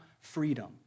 freedom